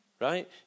Right